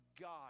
God